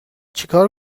چیکار